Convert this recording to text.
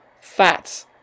fats